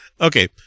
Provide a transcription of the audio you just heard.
Okay